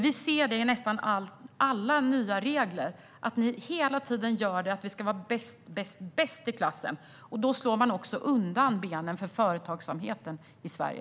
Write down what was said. Vi ser det här i nästan alla nya regler; ni vill hela tiden vara bäst, bäst, bäst i klassen. Men då slår ni samtidigt undan benen för företagsamheten i Sverige.